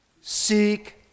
seek